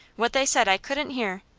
what they said i couldn't hear,